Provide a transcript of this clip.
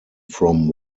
from